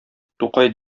тукай